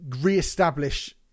reestablish